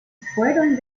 fueron